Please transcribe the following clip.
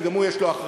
שגם לו יש אחריות.